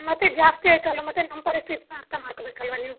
ಮತ್ತೆ ಜಾಸ್ತಿ ಆಯ್ತಲ್ಲ ಮತ್ತು ನಮ್ಮ ಪರಿಸ್ಥಿತೀನ ಅರ್ಥ ಮಾಡ್ಕೋ ಬೇಕಲ್ಲವ ನೀವು